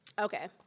Okay